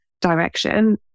direction